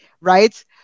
right